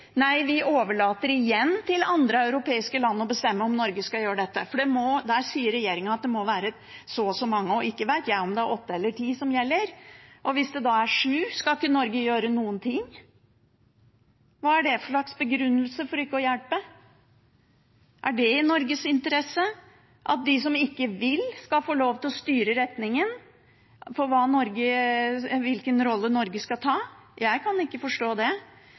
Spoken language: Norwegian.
Nei, vi overlater igjen til andre europeiske land å bestemme om Norge skal gjøre dette. Regjeringen sier at det må være så og så mange. Ikke vet jeg om det er åtte eller ti som gjelder, og hvis det da er sju, skal ikke Norge gjøre noen ting? Hva er det for slags begrunnelse for ikke å hjelpe? Er det i Norges interesse – at de som ikke vil, skal få lov til å styre retningen for hvilken rolle Norge skal ta? Jeg kan ikke forstå det.